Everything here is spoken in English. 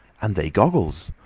and they goggles!